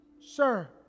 sir